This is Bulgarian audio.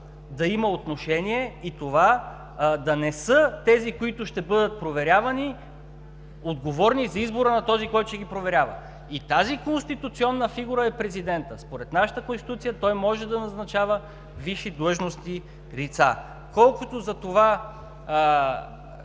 да има отношение, и това да не са тези, които ще бъдат проверявани, отговорни за избора на този, който ще ги проверява. И тази конституционна фигура е президентът. Според нашата Конституция той може да назначава висши длъжностни лица. Колкото за това